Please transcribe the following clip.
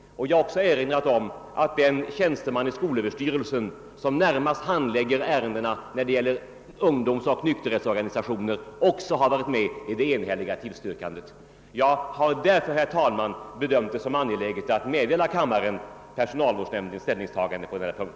Jag erinrade också om att den tjänsteman i skolöverstyrelsen som närmast handlägger ärendena beträffande ungdomsoch nykterhetsorganisationer har varit med om det enhälliga tillstyrkandet. Jag har därför, herr talman, bedömt som angeläget att meddela kammaren personalvårdsnämndens ställningstagande på denna punkt.